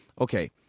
Okay